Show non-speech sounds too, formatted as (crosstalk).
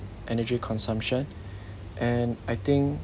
energy consumption (breath) and I think